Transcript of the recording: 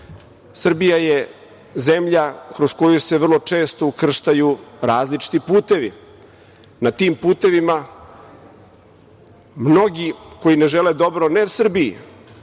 službe. Srbija je zemlja kroz koju se vrlo često ukrštaju različiti putevi. Na tim putevima mnogi koji ne žele dobro, ne Srbiji,